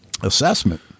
assessment